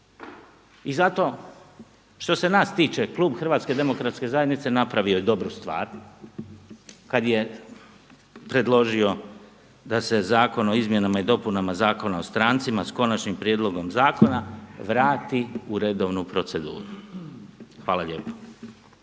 I zato što se nas tiče klub Hrvatske demokratske zajednice napravio je dobru stvar kad je predloži da se Zakon o izmjenama i dopunama Zakona o strancima s konačnim prijedlogom zakona vrati u redovnu proceduru. Hvala lijepo.